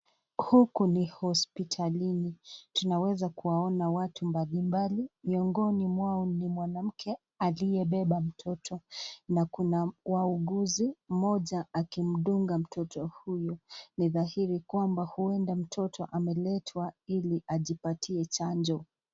Huku ni hospitalini, tunaweza kuwaona watu mbali mbali, miongini mwao ni mwanamke aliye beba mtoto. Na Kuna wauguzi, mmoja akimduga mtoto huyo. Ni dhairi kwamba huenda mtoto ameletwa Ili ajipatia chanjo.